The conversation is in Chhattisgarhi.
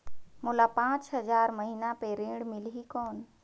मोला पांच हजार महीना पे ऋण मिलही कौन?